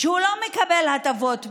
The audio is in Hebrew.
שהוא לא מקבל הטבות מס,